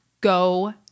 go